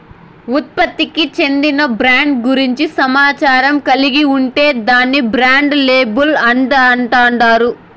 ఉత్పత్తికి చెందిన బ్రాండ్ గూర్చి సమాచారం కలిగి ఉంటే దాన్ని బ్రాండ్ లేబుల్ అంటాండారు